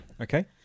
okay